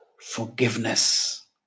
forgiveness